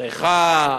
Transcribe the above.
בריכה,